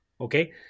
Okay